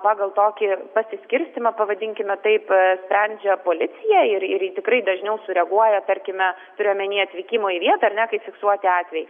pagal tokį pasiskirstymą pavadinkime taip sprendžia policija ir ir ji tikrai dažniau sureaguoja tarkime turiu omenyje atvykimo į vietą ar ne kai fiksuoti atvejai